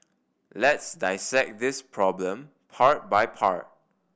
let's dissect this problem part by part